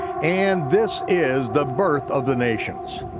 and this is the birth of the nations.